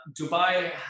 Dubai